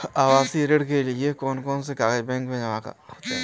आवासीय ऋण के लिए कौन कौन से कागज बैंक में जमा होंगे?